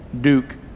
Duke